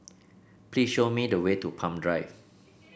please show me the way to Palm Drive